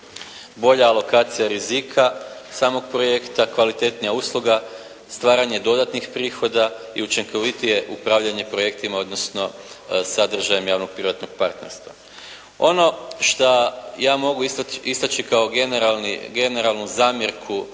bolja lokacija rizika samog projekta, kvalitetnija usluga, stvaranje dodatnih prihoda i učinkovitije upravljanje projektima odnosno sadržajem javno-privatnog partnerstva. Ono šta ja mogu istaći kao generalni, generalnu